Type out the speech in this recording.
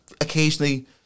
occasionally